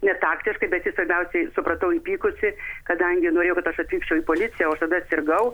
netaktiškai bet ji svarbiausiai supratau įpykusi kadangi norėjo kad aš atvykčiau į policiją o aš tada sirgau